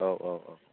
औ औ औ